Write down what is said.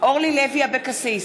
אורלי לוי אבקסיס,